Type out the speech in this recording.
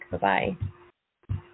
Bye-bye